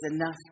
enough